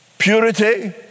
Purity